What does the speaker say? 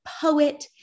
poet